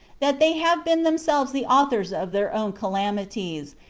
that they have been themselves the authors of their own calamities,